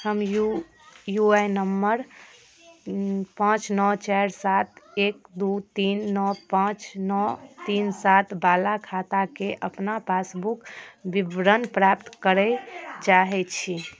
हम U U I number पांँच नओ चारि सात एक दू तीन नओ पांँच नओ तीन सात बाला खाताके अपना पासबुक विवरण प्राप्त करय चाहैत छी